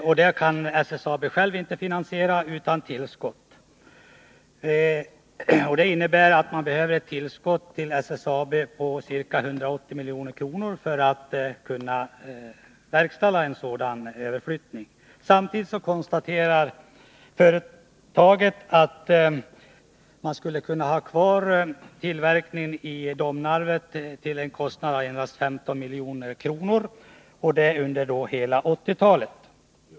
SSAB kan inte självt verkställa en sådan överflyttning utan tillskott av ca 180 milj.kr. Samtidigt konstaterar företaget att det till en kostnad av endast 15 milj.kr. skulle kunna behålla rälstillverkningen under hela 1980-talet.